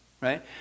Right